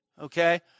Okay